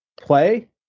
play